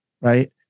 Right